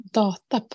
data